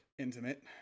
intimate